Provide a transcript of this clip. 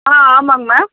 ஆ ஆமாங்க மேம்